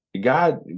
God